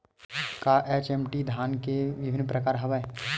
का एच.एम.टी धान के विभिन्र प्रकार हवय?